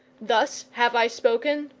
thus have i spoken,